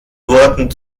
wurden